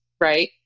right